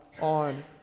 on